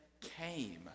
came